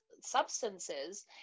substances